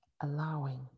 allowing